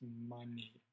money